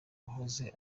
wahoze